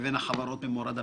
לבין החברות במורד הפירמידה?